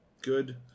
good